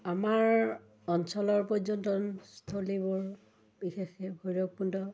আমাৰ অঞ্চলৰ পৰ্যটনস্থলীবোৰ বিশেষকৈ ভৈৰৱকুণ্ড